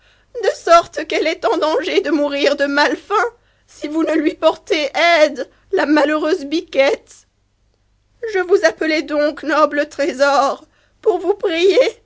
de sorte qu'elle est en danger de mourir de malefaim si vous ne lui portez aide la malheureuse biquette je vous appelais donc noble trésor pour vous prier